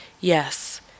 yes